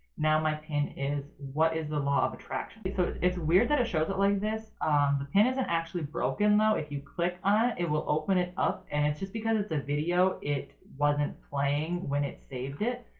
now my pin is what is the law of attraction so it's it's weird that it shows it like this, the pin isn't actually broken though. if you click on it it will open it up and it's just because it's a video, it wasn't playing when it saved it.